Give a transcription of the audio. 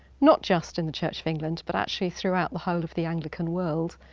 not just in the church of england, but actually throughout the whole of the anglican world.